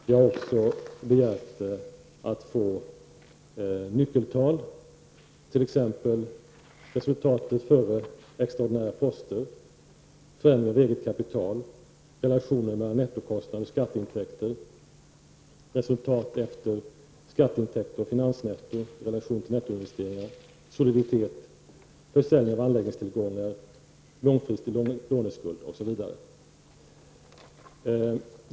Jag har också begärt att få nyckeltal, t.ex. resultatet före extraordinära poster, förändring av eget kapital, relationer mellan nettokostnad och skatteintäkter, resultat efter skatteintäkter och finansnetto, relation till nettoinvesteringar, soliditet, försäljning av anläggningstillgångar och långfristig låneskuld.